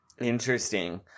Interesting